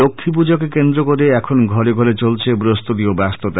লক্ষী প্রজাকে কেন্দ্র করে এখন ঘরে ঘরে চলছে প্রস্তুতি ও ব্যস্ততা